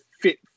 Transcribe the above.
fit